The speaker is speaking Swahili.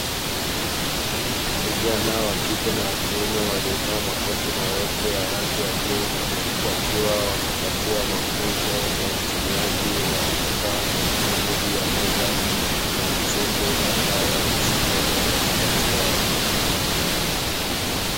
Vijana wa kike na wakiume waliovaa makoti marefu na ya ranig ya bluu, wakiwa wanapatiwa mafunzo ya utumiaji wa kifaa kilichopo juu ya meza, na mzungu ambaye amesimama katikati yao.